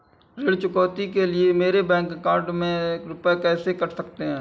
ऋण चुकौती के लिए मेरे बैंक अकाउंट में से रुपए कैसे कट सकते हैं?